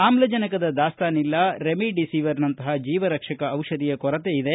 ಆಮ್ಲಜನಕದ ದಾಸ್ತಾನಿಲ್ಲ ರೆಮಿಡಿಸಿವಿರ್ ನಂತಪ ಜೀವರಕ್ಷಕ ಔಷಧಿಯ ಕೊರತೆ ಇದೆ